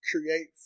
create